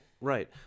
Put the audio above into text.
right